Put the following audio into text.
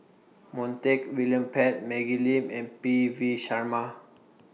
Montague William Pett Maggie Lim and P V Sharma